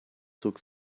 zog